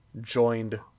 joined